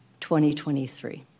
2023